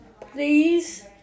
please